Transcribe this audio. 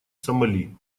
сомали